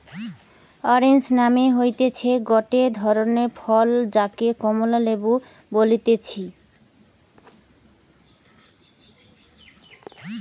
orange মানে হতিছে গটে ধরণের ফল যাকে কমলা লেবু বলতিছে